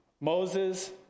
Moses